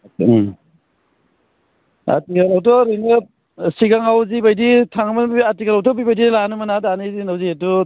आथिखालावथ' ओरैनो सिगांआव जिबायदि थाङोमोन बे आथिखालआवथ' बेबायदि लानो मोना दानि दिनआव जिहेतु